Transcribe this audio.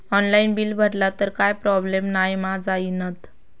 Online bill भरला तर काय प्रोब्लेम नाय मा जाईनत?